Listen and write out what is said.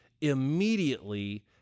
immediately